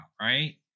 Right